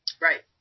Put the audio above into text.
Right